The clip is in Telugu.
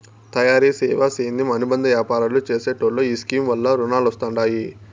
తయారీ, సేవా, సేద్యం అనుబంద యాపారాలు చేసెటోల్లో ఈ స్కీమ్ వల్ల రునాలొస్తండాయి